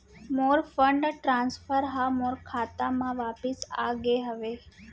मोर fund transfer हा मोर खाता मा वापिस आ गे हवे